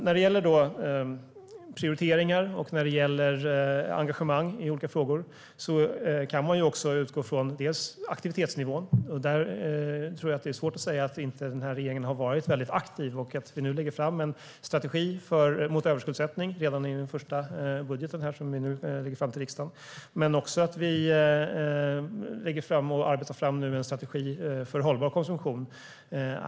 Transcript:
När det gäller prioriteringar och engagemang i olika frågor kan man bland annat utgå från aktivitetsnivån. Jag tror att det är svårt att säga att den här regeringen inte har varit väldigt aktiv. Vi lägger fram en strategi mot överskuldsättning redan i den första budgeten, som vi nu lägger fram för riksdagen. Vi lägger också fram och arbetar fram en strategi för hållbar konsumtion.